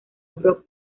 brock